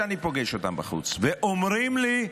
שאני פוגש בחוץ ואומרים לי: